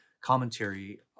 commentary